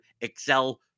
Excel